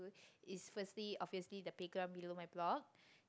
is firstly obviously the playground below my block